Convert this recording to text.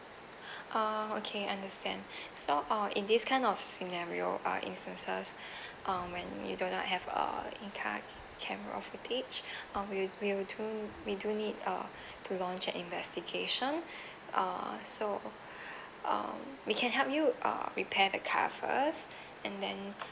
uh okay understand so uh in this kind of scenario uh instances um when you do not have uh in car camera of footage uh we will we will do we do need uh to launch an investigation uh so um we can help you uh repair the car first and then